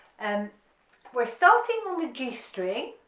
and we're starting on the g string,